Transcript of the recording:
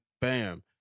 bam